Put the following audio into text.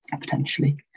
potentially